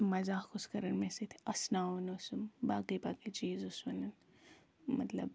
مَزاق اوس کَران مےٚ سۭتۍ اَسناوان اوسُم باقی باقی چیٖز اوس ونَان مطلب